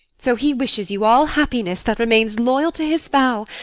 so he wishes you all happiness that remains loyal to his vow,